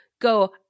go